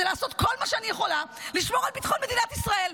זה לעשות כל מה שאני יכולה לשמור על ביטחון מדינת ישראל.